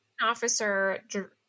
officer